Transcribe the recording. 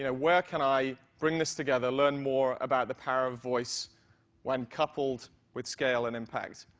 and where can i bring this together learn more about the power of voice when coupled with scale and impact?